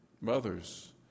mothers